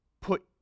put